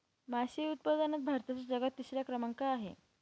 मासे उत्पादनात भारताचा जगात तिसरा क्रमांक आहे